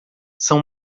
são